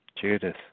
Judas